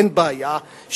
אין בעיה,